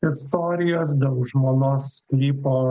istorijos dėl žmonos sklypo